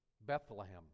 Bethlehem